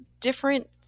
different